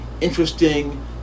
interesting